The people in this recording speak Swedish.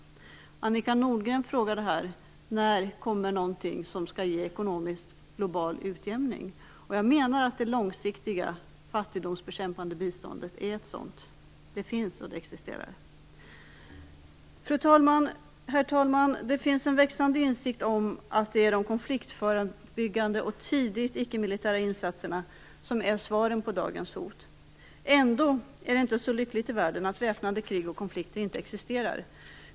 Annika Nordgren frågade när någonting kommer som skall ge global ekonomisk utjämning. Jag menar att det långsiktiga fattigdomsbekämpande biståndet är ett sådant. Det existerar. Herr talman! Det finns en växande insikt om att det är de konfliktförebyggande och tidiga ickemilitära insatserna som är svaren på dagens hot. Ändå är det inte så lyckligt i världen att väpnade krig och konflikter inte existerar.